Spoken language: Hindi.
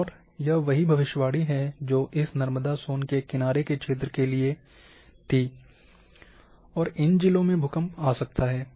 और यह वही भविष्यवाणी है जो इस नर्मदा सोन के किनारे के क्षेत्र के लिए थी और इन जिलों में भूकंप आ सकता है